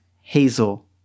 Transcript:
Hazel